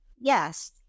Yes